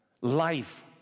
life